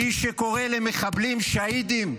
מי שקורא למחבלים שהידים,